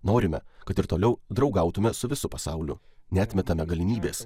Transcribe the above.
norime kad ir toliau draugautume su visu pasauliu neatmetame galimybės